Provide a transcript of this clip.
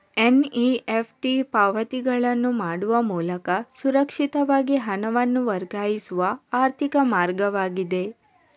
NEFT ಪಾವತಿಗಳನ್ನು ಮಾಡುವ ಮೂಲಕ ಸುರಕ್ಷಿತವಾಗಿ ಹಣವನ್ನು ವರ್ಗಾಯಿಸುವ ಆರ್ಥಿಕ ಮಾರ್ಗವಾಗಿದೆ